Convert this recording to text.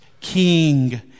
king